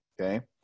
okay